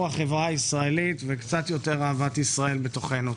החברה הישראלית וקצת יותר אהבת ישראל בתוכנו.